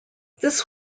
this